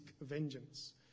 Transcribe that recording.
vengeance